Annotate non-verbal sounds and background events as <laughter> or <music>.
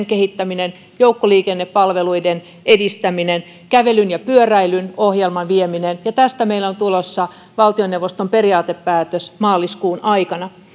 <unintelligible> kehittäminen joukkoliikennepalveluiden edistäminen kävelyn ja pyöräilyn ohjelman vieminen ja tästä meillä on tulossa valtioneuvoston periaatepäätös maaliskuun aikana